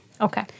Okay